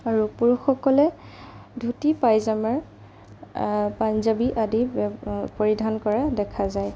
আৰু পুৰুষসকলে ধুতি পাইজামা পাঞ্জাবী আদি পৰিধান কৰা দেখা যায়